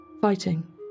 fighting